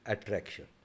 Attraction